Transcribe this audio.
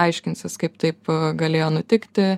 aiškinsis kaip taip galėjo nutikti